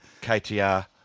KTR